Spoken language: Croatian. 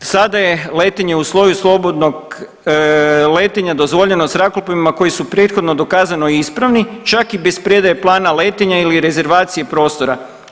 Sada je letenje u sloju slobodnog letenja dozvoljeno zrakoplovima koji su prethodno dokazano ispravni čak i bez predaje plana letenja ili rezervacije prostora.